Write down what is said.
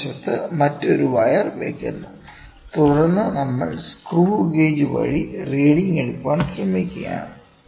എതിർവശത്ത് മറ്റൊരു വയർ വെക്കുന്നു തുടർന്ന് നമ്മൾ സ്ക്രൂ ഗേജ് വഴി റീഡിങ് എടുക്കാൻ ശ്രമിക്കുകയാണ്